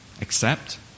Accept